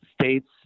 states